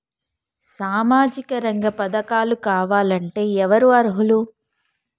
సామాజిక రంగ పథకాలు కావాలంటే ఎవరు అర్హులు?